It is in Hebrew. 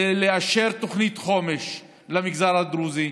לאשר תוכנית חומש למגזר הדרוזי,